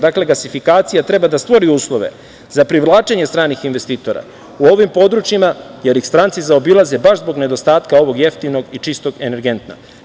Dakle, gasifikacija treba da stvori uslove za privlačenje stranih investitora u ovim područjima, jer ih stranci zaobilaze baš zbog nedostatka ovog jeftinog i čistog energenta.